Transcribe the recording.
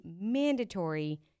mandatory